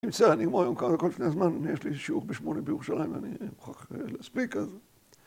‫נמצא, אני אגמור היום כמה דקות לפני הזמן, יש לי שיעור בשמונה בירושלים, ‫ואני מוכרח להספיק, אז...